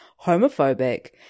homophobic